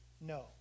No